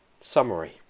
Summary